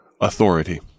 authority